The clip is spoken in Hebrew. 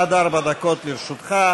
עד ארבע דקות לרשותך.